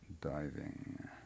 diving